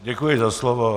Děkuji za slovo.